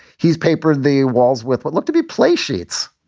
he's paper the walls with what looked to be place sheets.